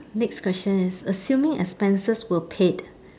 next question is assuming expenses were paid